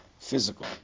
physical